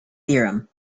theorem